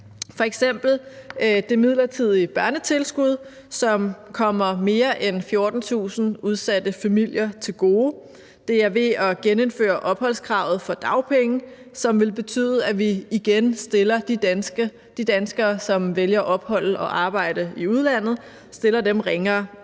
f.eks. det midlertidige børnetilskud, som kommer mere end 14.000 udsatte familier til gode; det er ved at genindføre opholdskravet for dagpenge, som vil betyde, at vi igen stiller de danskere, som vælger at opholde sig og arbejde i udlandet, ringere